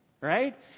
Right